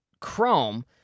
Chrome